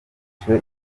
biciwe